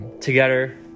together